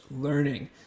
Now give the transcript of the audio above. Learning